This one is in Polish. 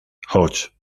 choć